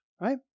right